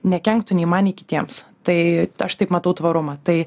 nekenktų nei man nei kitiems tai aš taip matau tvarumą tai